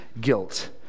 Guilt